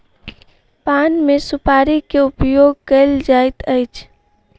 पान मे सुपाड़ी के उपयोग कयल जाइत अछि